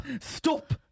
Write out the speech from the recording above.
Stop